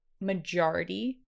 majority